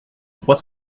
trois